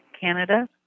Canada